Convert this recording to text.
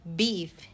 beef